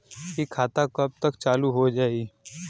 इ खाता कब तक चालू हो जाई?